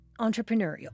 entrepreneurial